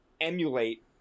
emulate